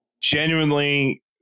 Genuinely